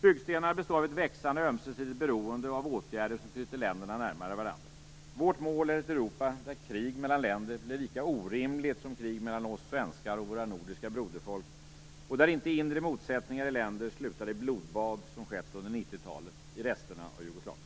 Byggstenarna består av ett växande ömsesidigt beroende och av åtgärder som knyter länderna närmare varandra. Vårt mål är ett Europa där krig mellan länder blir lika orimligt som krig mellan oss svenskar och våra nordiska broderfolk och där inte inre motsättningar i länder slutar i blodbad som skett under 90-talet i resterna av Jugoslavien.